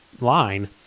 line